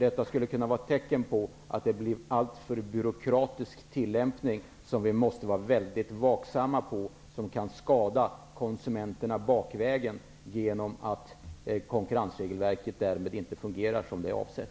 Det skulle kunna vara ett tecken på att det sker en alltför byråkratisk tillämpning, något vi måste vara mycket vaksamma på, som kan skada konsumenterna bakvägen genom att konkurrensregelverket inte fungerar som det är avsett.